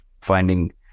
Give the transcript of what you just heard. finding